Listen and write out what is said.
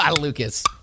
Lucas